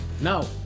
No